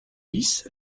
dix